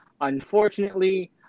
unfortunately